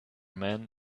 men